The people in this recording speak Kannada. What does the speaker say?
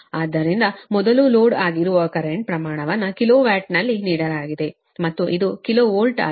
ಆದ್ದರಿಂದ ಮೊದಲು ಲೋಡ್ ಆಗಿರುವ ಕರೆಂಟ್ನ್ ಪ್ರಮಾಣವನ್ನು ಕಿಲೋ ವ್ಯಾಟ್ನಲ್ಲಿ ನೀಡಲಾಗಿದೆ ಮತ್ತು ಇದು ಕಿಲೋ ವೋಲ್ಟ್ ಆಗಿದೆ